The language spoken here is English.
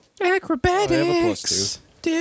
Acrobatics